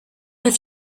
have